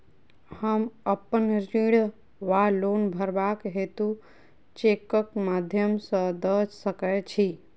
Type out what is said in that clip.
हम अप्पन ऋण वा लोन भरबाक हेतु चेकक माध्यम सँ दऽ सकै छी?